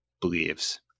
believes